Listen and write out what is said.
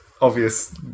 obvious